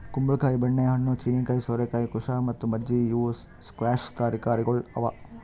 ಕುಂಬಳ ಕಾಯಿ, ಬೆಣ್ಣೆ ಹಣ್ಣು, ಚೀನೀಕಾಯಿ, ಸೋರೆಕಾಯಿ, ಕುಶಾ ಮತ್ತ ಮಜ್ಜಿ ಇವು ಸ್ಕ್ವ್ಯಾಷ್ ತರಕಾರಿಗೊಳ್ ಅವಾ